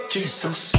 Jesus